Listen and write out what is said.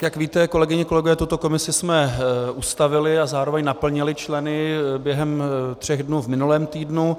Jak víte, kolegyně a kolegové, tuto komisi jsme ustavili a zároveň naplnili členy během tří dnů v minulém týdnu.